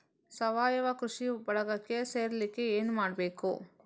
ಸಾವಯವ ಕೃಷಿ ಬಳಗಕ್ಕೆ ಸೇರ್ಲಿಕ್ಕೆ ಏನು ಮಾಡ್ಬೇಕು?